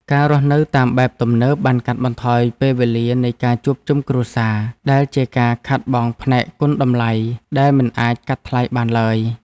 ការរស់នៅតាមបែបទំនើបបានកាត់បន្ថយពេលវេលានៃការជួបជុំគ្រួសារដែលជាការខាតបង់ផ្នែកគុណតម្លៃដែលមិនអាចកាត់ថ្លៃបានឡើយ។